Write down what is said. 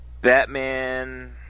batman